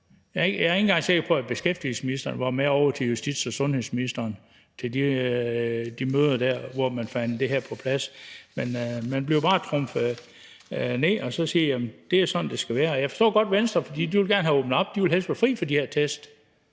jeg er ikke engang sikker på, at beskæftigelsesministeren var med til de møder ovre hos justitsministeren og sundhedsministeren, hvor man forhandlede det her på plads. Men man bliver bare trumfet over, og der bliver sagt, at det er sådan, det skal være, og jeg forstår godt Venstre. For de vil gerne have åbnet op, de vil helst være fri for de her test.